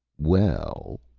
well,